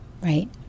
right